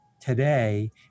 today